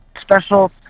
special